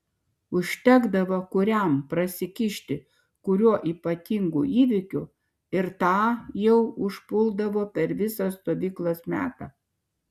užtekdavo kuriam prasikišti kuriuo ypatingu įvykiu ir tą jau užpuldavo per visą stovyklos metą